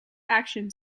action